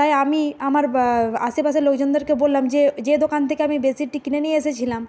তাই আমি আমার আশেপাশে লোকজনদেরকে বললাম যে যে দোকান থেকে আমি বেডশিটটি কিনে নিয়ে এসেছিলাম